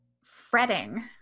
fretting